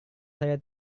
saya